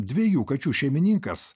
dviejų kačių šeimininkas